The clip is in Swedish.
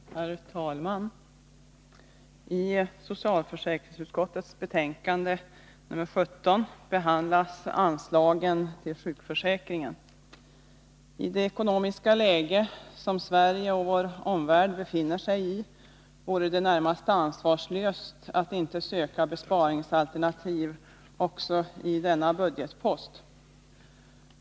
Herr talman! I socialförsäkringsutskottets betänkande nr 17 behandlas anslagen till sjukförsäkringen. I det ekonomiska läge som Sverige och vår omvärld befinner sig i vore det närmast ansvarslöst att inte söka besparingsalternativ också i denna budgetpost.